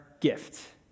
gift